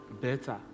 better